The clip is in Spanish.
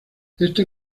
este